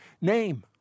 name